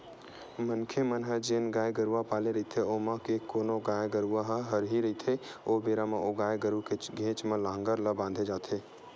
मनखे मन ह जेन गाय गरुवा पाले रहिथे ओमा के कोनो गाय गरुवा ह हरही रहिथे ओ बेरा म ओ गाय गरु के घेंच म लांहगर ला बांधे जाथे